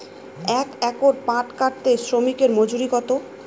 এক একর পাট কাটতে শ্রমিকের মজুরি কত?